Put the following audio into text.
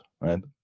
right